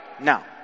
now